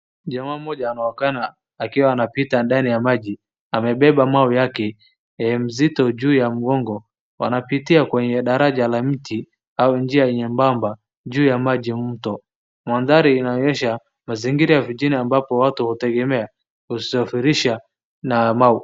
Jamaa mmoja anaonekana akiwa anapita ndani ya maji. Amebeba mawe yake mzito juu ya mgongo. Wanapitia kwenye daraja la mti au njia nyembamba juu ya maji mto. Mandhari inaonyesha mazingira ya fitina ambapo watu hutegemea kusafirisha.